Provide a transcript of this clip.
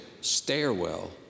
stairwell